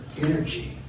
energy